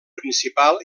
principal